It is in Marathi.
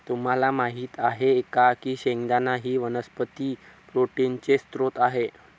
तुम्हाला माहित आहे का की शेंगदाणा ही वनस्पती प्रोटीनचे स्त्रोत आहे